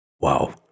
Wow